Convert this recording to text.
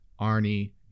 Arnie